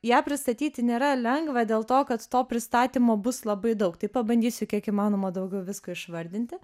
ją pristatyti nėra lengva dėl to kad to pristatymo bus labai daug tai pabandysiu kiek įmanoma daugiau visko išvardinti